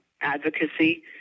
advocacy